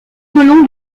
melon